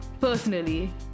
personally